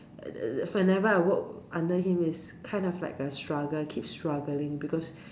whenever I work under him is kind of like a struggle keep struggling because